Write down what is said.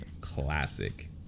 classic